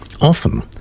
Often